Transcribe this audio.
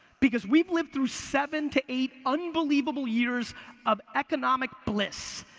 because we've lived through seven to eight unbelievable years of economic bliss.